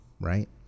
Right